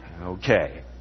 Okay